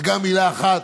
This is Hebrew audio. וגם מילה אחת,